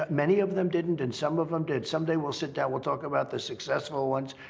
ah many of them didn't, and some of them did. someday, we'll sit down. we'll talk about the successful ones,